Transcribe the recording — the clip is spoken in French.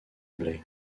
blaye